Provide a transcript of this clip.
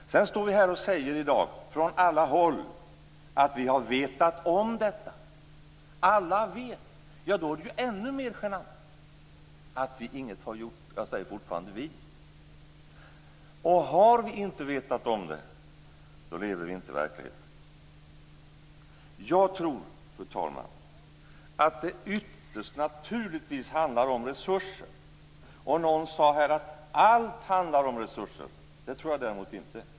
Sedan står vi här i dag och säger från alla håll att vi har vetat om detta. Alla har vetat om det här. Men då är det ännu mera genant att vi inte har gjort någonting. Jag säger vi. Och om vi inte har vetat om det, lever vi inte i verkligheten! Fru talman! Jag tror att det ytterst naturligtvis handlar om resurser. Någon sade här att allt handlar om resurser. Det tror jag däremot inte.